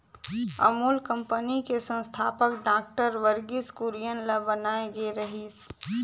Amul company के संस्थापक doctor Verghese Kurien ल बनाए गे रिहिस